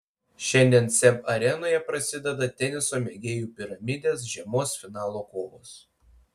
šiandien seb arenoje prasideda teniso mėgėjų piramidės žiemos finalo kovos